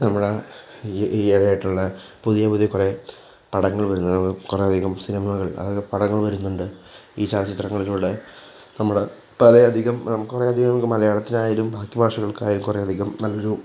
നമ്മടെ ഈയിടയായിട്ടുള്ള പുതിയ പുതിയ കുറേ പടങ്ങൾ വരുന്നത് കുറേയധികം സിനിമകൾ പടങ്ങൾ വരുന്നുണ്ട് ഈ ചലച്ചിത്രങ്ങളിലൂടെ നമ്മുടെ പലയധികം നമുക്ക് കുറേയധികം മലയാളത്തിലായാലും ബാക്കി ഭാഷകൾക്കായാലും കുറേയധികം നല്ലൊരു